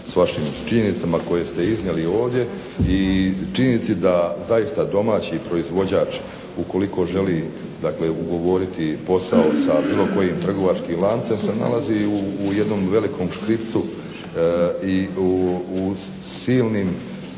s vašim činjenicama koje ste iznijeli ovdje i činjenici da zaista domaći proizvođač ukoliko želi dakle ugovoriti posao sa bilo kojim trgovačkim lancem se nalazi u jednom velikom škripcu i u silnim